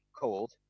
cold